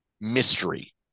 mystery